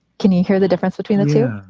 can you hear the difference between the two?